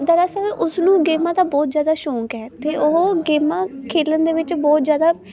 ਦਰਅਸਲ ਉਸਨੂੰ ਗੇਮਾਂ ਦਾ ਬਹੁਤ ਜ਼ਿਆਦਾ ਸ਼ੌਂਕ ਹੈ ਅਤੇ ਉਹ ਗੇਮਾਂ ਖੇਲਣ ਦੇ ਵਿੱਚ ਬਹੁਤ ਜ਼ਿਆਦਾ